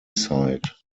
side